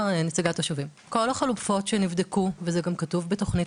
כל החלופות שנבדקו וזה גם כתוב בתוכנית,